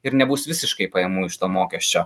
ir nebus visiškai pajamų iš to mokesčio